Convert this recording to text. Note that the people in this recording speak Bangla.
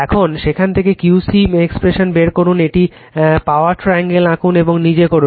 এবং সেখান থেকে Q c এক্সপ্রেশনটি বের করুন একটি পাওয়ার ট্রায়াঙ্গল আঁকুন এবং নিজে করুন